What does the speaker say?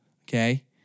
Okay